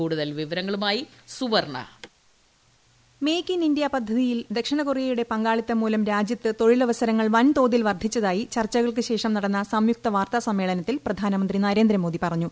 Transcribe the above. കൂടുതൽ വിവരങ്ങളുമായി Suvarna voice make in India പദ്ധതിയിൽ ദക്ഷിണ കൊറിയയുടെ പങ്കാളിത്തം മൂലം രാജ്യത്ത് തൊഴിലവസരങ്ങൾ വൻ തോതിൽ വർധിച്ചതായി ചർച്ചകൾക്ക് ശേഷം നടന്ന സംയുക്ത വാർത്താ സമ്മേളനത്തിൽ പ്രധാനമന്ത്രി നരേന്ദ്രമോദി പറഞ്ഞു